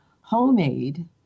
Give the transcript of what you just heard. homemade